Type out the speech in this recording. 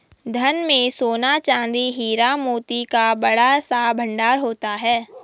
धन में सोना, चांदी, हीरा, मोती का बड़ा सा भंडार होता था